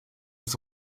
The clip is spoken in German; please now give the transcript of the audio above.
des